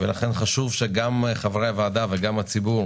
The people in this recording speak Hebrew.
לכן חשוב שגם חברי הוועדה וגם הציבור